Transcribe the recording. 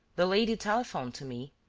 the lady telephoned to me.